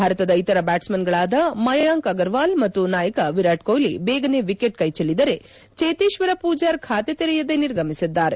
ಭಾರತದ ಇತರ ಬ್ಲಾಟ್ಸ್ಮನ್ಗಳಾದ ಮಯಾಂಕ್ ಅಗರ್ವಾಲ್ ಮತ್ತು ನಾಯಕ ವಿರಾಟ್ ಕೊಹ್ಲಿ ಬೇಗನೆ ವಿಕೆಟ್ ಕೈಚೆಲ್ಲಿದರೆ ಚೇತೇಶ್ವರ ಪೂಜಾರ್ ಖಾತೆ ತೆರೆಯದೆ ನಿರ್ಗಮಿಸಿದ್ದಾರೆ